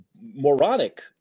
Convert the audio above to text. moronic